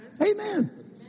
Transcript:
Amen